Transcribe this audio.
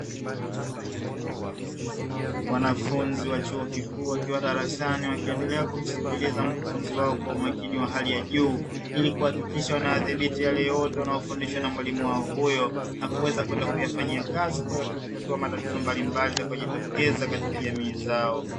Wanafunzi wa chuo kikuu wakiwa darasani wakiendelea kumsikiliza mkufunzi wao kwa umakini wa hali ya juu, ili kuhakikisha wanayadhibiti yale yote wanayofundishwa na mwalimu wao huyo na kuweza kwenda kuyafanyia kazi kutatua matatizo mbalimbali yatakayo jitokeza katika jamii zao.